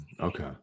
Okay